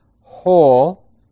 whole